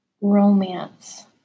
romance